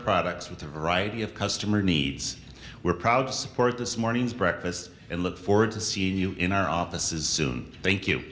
a variety of customer needs we're proud to support this morning's breakfast and look forward to seeing you in our offices soon thank you